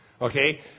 Okay